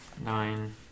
Nine